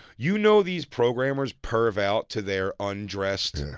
you know these programmers perv out to their undressed and